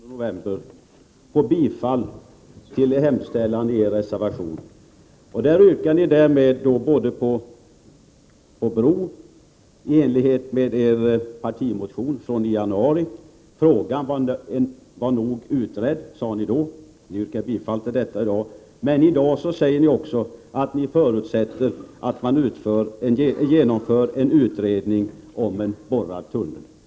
30 november 1988 = Herrtalman! Per Stenmarck, ni yrkar i dag, den 30 november, på bifall till hemställan i er reservation. Därmed yrkar ni på att en bro skall byggas i enlighet med er partimotion från januari. Ni sade då att frågan var tillräckligt utredd. I dag säger ni emellertid också att ni förutsätter att man genomför en utredning om en borrad tunnel.